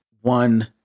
one